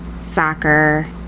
soccer